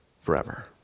forever